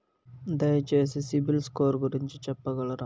దయచేసి CIBIL score గురించి చెప్పగలరా?